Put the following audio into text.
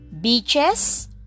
beaches